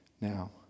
Now